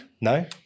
No